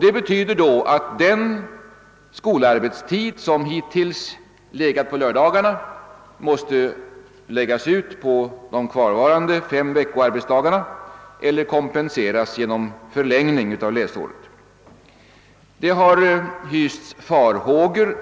Det betyder då att den skolarbetstid som hittills 1egat på lördagarna nu måste läggas ut på de kvarvarande fem veckoarbetsdagarna eller kompenseras genom förläng ning av läsåret. Det har hysts farhågor